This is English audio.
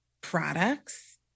products